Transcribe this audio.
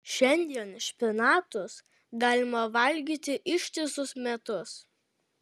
šiandien špinatus galima valgyti ištisus metus